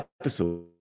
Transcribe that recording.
episode